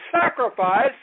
sacrifice